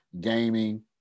gaming